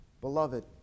beloved